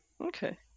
Okay